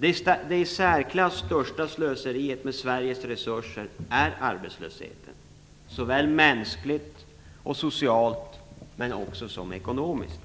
Det i särklass största slöseriet med Sveriges resurser är arbetslösheten, såväl mänskligt och socialt som ekonomiskt.